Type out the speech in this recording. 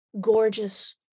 gorgeous